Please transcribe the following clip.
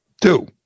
two